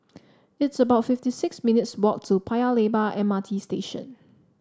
it's about fifty six minutes' walk to Paya Lebar M R T Station